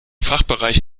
fachbereich